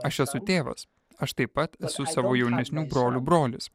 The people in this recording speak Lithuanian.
aš esu tėvas aš taip pat esu savo jaunesnių brolių brolis